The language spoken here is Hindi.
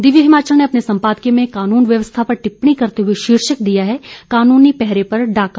दिव्य हिमाचल ने अपने संपादकीय में कानून व्यवस्था पर टिप्पणी करते हुए शीर्षक दिया है कानूनी पहरे पर डाका